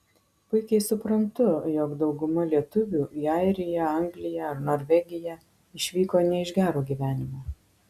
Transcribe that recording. puikiai suprantu jog dauguma lietuvių į airiją angliją ar norvegiją išvyko ne iš gero gyvenimo